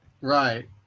Right